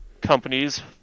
companies